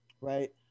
right